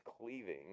cleaving